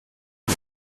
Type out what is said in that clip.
nur